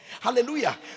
hallelujah